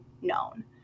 known